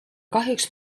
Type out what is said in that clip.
kahjuks